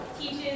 teaches